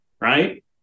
right